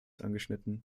angeschnitten